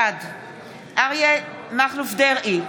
בעד אריה מכלוף דרעי,